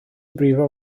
brifo